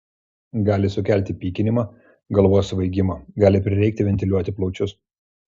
gali sukelti pykinimą galvos svaigimą gali prireikti ventiliuoti plaučius